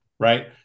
right